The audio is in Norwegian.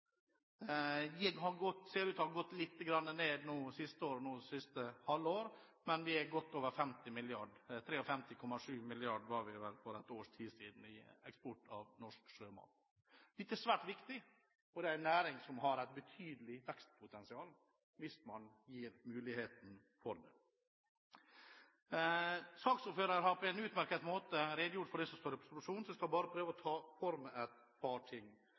ser ut til å ha gått litt ned det siste halve året, men vi er godt over 50 mrd. kr – 53,7 mrd. kr var eksporten av norsk sjømat på for ett års tid siden. Dette er svært viktig. Det er en næring som har et betydelig vekstpotensial hvis man gir muligheten for det. Saksordføreren har på en utmerket måte redegjort for det som står i proposisjonen, så jeg skal bare ta for meg et par ting.